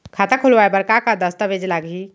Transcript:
खाता खोलवाय बर का का दस्तावेज लागही?